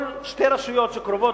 כל שתי רשויות שקרובות,